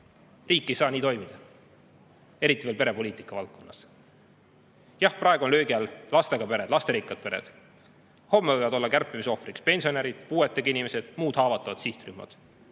Riik ei saa nii toimida, eriti veel perepoliitika valdkonnas. Jah, praegu on löögi all lastega pered, lasterikkad pered. Homme võivad olla kärpimise ohvriks pensionärid, puuetega inimesed, muud haavatavad sihtrühmad